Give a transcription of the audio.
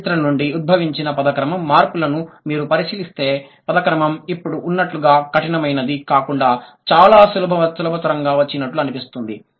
ఆంగ్ల చరిత్ర నుండి ఉద్భవించిన పద క్రమం మార్పులను మీరు పరిశీలిస్తే పద క్రమం ఇప్పుడు ఉన్నట్లుగా కఠినమైనది కాకుండా చాలా సులభతరంగా వచ్చినట్లు అనిపిస్తుంది